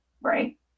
right